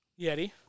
Yeti